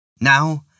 Now